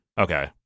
Okay